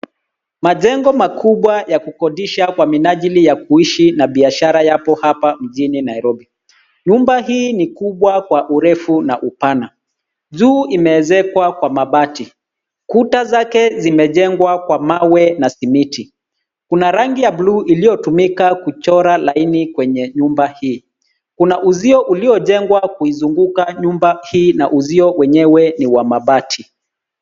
Majengo makubwa ya kukodisha Kwa minajili ya kuishi na biashara yapo hapa mjini Nairobi. Nyumba hii ni kubwa Kwa urefu na upana. Juu imeezekwa Kwa mabati. Kuta zake zimejengwa Kwa mawe na simiti. Kuna rangi ya buluu iloyotumika kuchora laini kwenye nyumba hii. Kuna uzio uliojengwa kuizunguka nyumba hii na uzio wenyewe ni wa mabati.